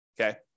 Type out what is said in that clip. okay